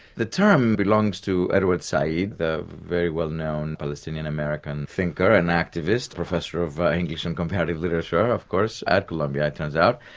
the term belongs to edward said, the very well-known palestinian-american thinker and activist, professor of english and comparative literature, of course, at columbia it turns out,